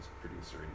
producer